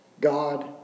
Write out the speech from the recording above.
God